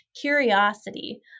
curiosity